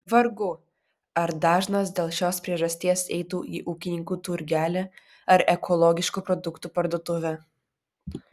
vargu ar dažnas dėl šios priežasties eitų į ūkininkų turgelį ar ekologiškų produktų parduotuvę